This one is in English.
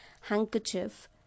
handkerchief